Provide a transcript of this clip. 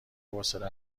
حوصله